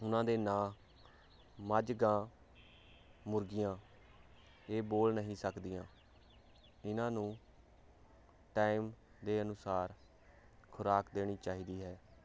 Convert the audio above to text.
ਉਹਨਾਂ ਦੇ ਨਾਂ ਮੱਝ ਗਾਂ ਮੁਰਗੀਆਂ ਇਹ ਬੋਲ ਨਹੀਂ ਸਕਦੀਆਂ ਇਹਨਾਂ ਨੂੰ ਟਾਈਮ ਦੇ ਅਨੁਸਾਰ ਖੁਰਾਕ ਦੇਣੀ ਚਾਹੀਦੀ ਹੈ